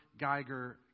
Geiger